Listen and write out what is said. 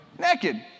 naked